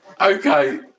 Okay